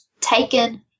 taken